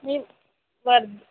मी वर